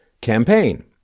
campaign